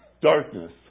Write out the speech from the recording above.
Darkness